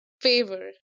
favor